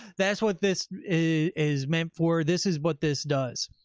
that's what this is meant for. this is what this does.